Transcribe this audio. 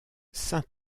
saint